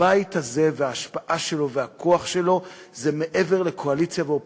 והבית הזה וההשפעה שלו והכוח שלו זה מעבר לקואליציה ואופוזיציה.